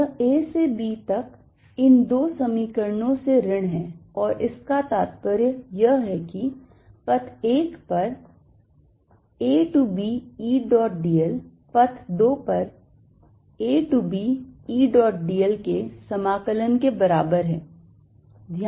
यह A से B तक के इन दो समीकरणों से ऋण है और इसका तात्पर्य यह है कि पथ 1 पर A to B E dot d l पथ 2 पर A to B E dot d l के समाकलन के बराबर है